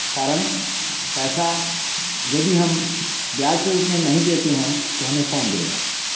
कारण पैसा यदि हम ब्याज के रूप में नहीं देते हैं तो हमें कौन देगा